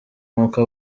nk’uko